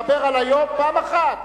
דבר על היום, פעם אחת.